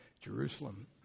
Jerusalem